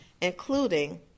including